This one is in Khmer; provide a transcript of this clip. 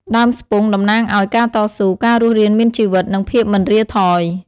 ដើមស្ពង់តំណាងឲ្យ ការតស៊ូ ការរស់រានមានជីវិត និងភាពមិនរាថយ។